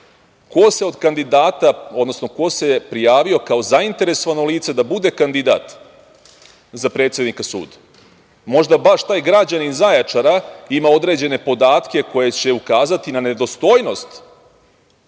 ko se od kandidata, odnosno ko se prijavio kao zainteresovano lice da bude kandidat za predsednika suda? Možda baš taj građanin Zaječara ima određene podatke koje će ukazati na nedostojnost